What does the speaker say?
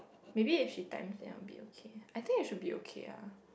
maybe if she times then I will be okay I think it should be okay lah